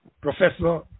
Professor